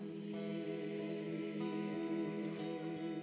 the